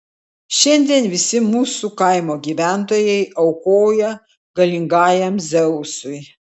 šiandien visi mūsų kaimo gyventojai aukoja galingajam dzeusui